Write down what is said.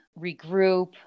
regroup